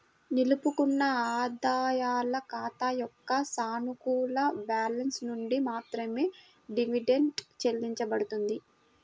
నిలుపుకున్న ఆదాయాల ఖాతా యొక్క సానుకూల బ్యాలెన్స్ నుండి మాత్రమే డివిడెండ్ చెల్లించబడుతుంది